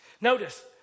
Notice